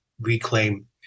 reclaim